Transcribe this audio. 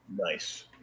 Nice